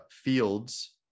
Fields